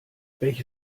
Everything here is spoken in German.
welche